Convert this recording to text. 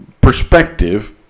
perspective